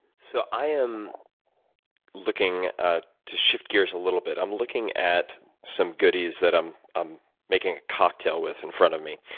so i am looking ah to shift gears a little bit. i'm looking at some goodies that i'm i'm making a cocktail with in front of me.